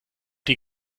die